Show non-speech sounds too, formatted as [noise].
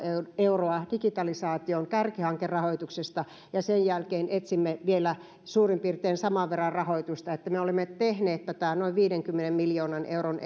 euroa digitalisaation kärkihankerahoituksesta ja sen jälkeen etsimme vielä suurin piirtein saman verran rahoitusta eli me olemme tehneet tätä noin viidenkymmenen miljoonan euron [unintelligible]